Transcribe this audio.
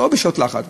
לא בשעות לחץ,